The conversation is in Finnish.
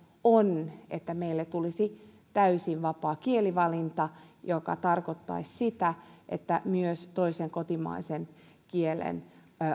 on että meille tulisi täysin vapaa kielivalinta mikä tarkoittaisi sitä että toisen kotimaisen kielen